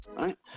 right